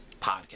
podcast